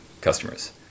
customers